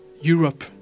Europe